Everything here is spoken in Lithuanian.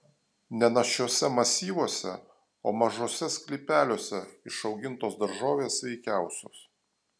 ne našiuose masyvuose o mažuose sklypeliuose išaugintos daržovės sveikiausios